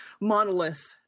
monolith